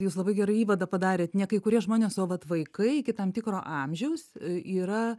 jūs labai gerą įvadą padarėt ne kai kurie žmonės o vat vaikai iki tam tikro amžiaus yra